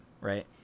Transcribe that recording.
right